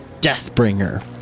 Deathbringer